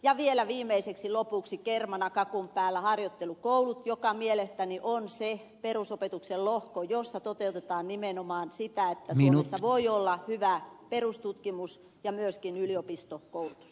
ja vielä viimeiseksi lopuksi kermana kakun päällä harjoittelukoulut joka mielestäni on se perusopetuksen lohko jossa toteutetaan nimenomaan sitä että suomessa voi olla hyvä perustutkimus ja myöskin yliopistokoulutus